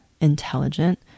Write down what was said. intelligent